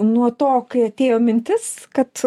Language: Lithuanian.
nuo to kai atėjo mintis kad